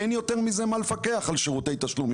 אין יותר מזה מה לפקח על שירותי תשלום,